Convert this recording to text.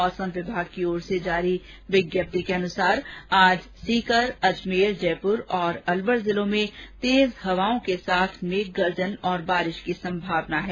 मौसम विभाग की ओर से जारी विज्ञप्ति के अनुसार आज सीकर अजमेर जयपुर और अलवर जिलों में तेज हवाओं के साथ मेघ गर्जन और बारिश की संभावना है